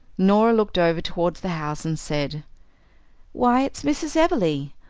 norah looked over towards the house and said why, it's mrs. everleigh.